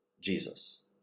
Jesus